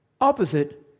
opposite